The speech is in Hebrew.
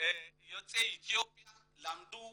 יוצאי אתיופיה למדו